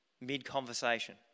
mid-conversation